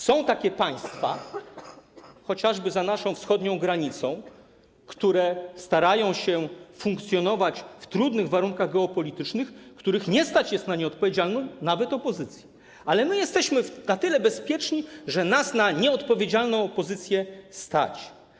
Są takie państwa, chociażby za naszą wschodnią granicą, które starają się funkcjonować w trudnych warunkach geopolitycznych, których nie stać nawet na nieodpowiedzialną opozycję, ale my jesteśmy na tyle bezpieczni, że nas na nieodpowiedzialną opozycję stać.